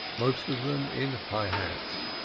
most of them in high hats.